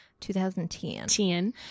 2010